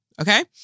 Okay